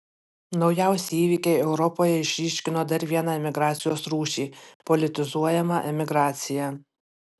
naujausi įvykiai europoje išryškino dar vieną emigracijos rūšį politizuojamą emigraciją